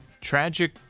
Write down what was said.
tragic